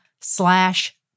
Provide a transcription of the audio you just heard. slash